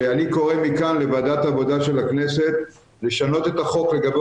שאני קורא מכאן לוועדת העבודה של הכנסת לשנות את החוק לגבי